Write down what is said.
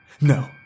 No